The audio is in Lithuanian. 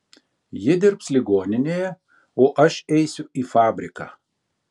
ji dirbs ligoninėje o aš eisiu į fabriką